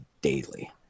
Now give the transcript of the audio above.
daily